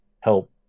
help